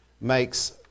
makes